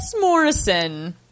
Morrison